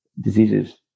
diseases